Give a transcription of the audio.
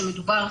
שמדובר,